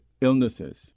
illnesses